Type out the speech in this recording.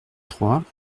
trois